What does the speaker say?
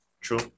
True